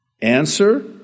Answer